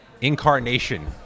incarnation